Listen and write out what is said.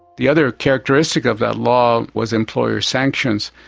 the other characteristic of that law was employer sanctions,